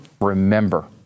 remember